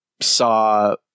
saw